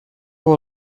were